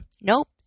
Nope